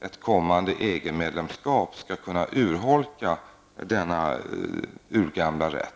ett kommande EG-medlemskap skall urholka denna urgamla rätt.